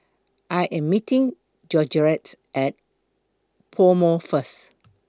I Am meeting Georgette At Pomo First